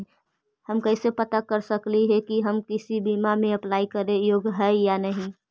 हम कैसे पता कर सकली हे की हम किसी बीमा में अप्लाई करे योग्य है या नही?